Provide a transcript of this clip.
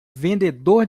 vendedor